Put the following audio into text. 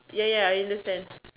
ya ya I understand